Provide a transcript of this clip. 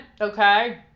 okay